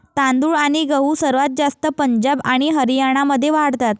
तांदूळ आणि गहू सर्वात जास्त पंजाब आणि हरियाणामध्ये वाढतात